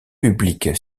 publique